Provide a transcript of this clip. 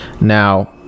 Now